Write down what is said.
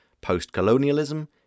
post-colonialism